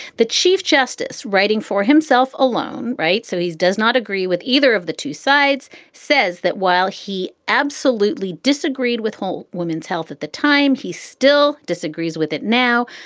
the chief justice writing for himself alone. right. so he does not agree with either of the two sides, says that while he absolutely disagreed with whole woman's health at the time, he still disagrees with it. now,